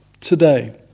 today